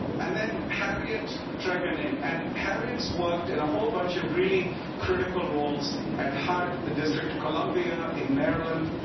and then harriet tregoning and harriet's worked in a whole bunch of really critical roles at hud, the district of columbia in maryland,